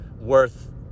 worth